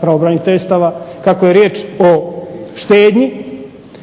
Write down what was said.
pravobraniteljstava, kako je riječ o štednji,